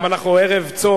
וגם אנחנו ערב צום.